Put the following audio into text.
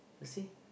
you see